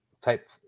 type